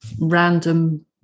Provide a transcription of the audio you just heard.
random